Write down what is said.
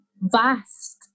vast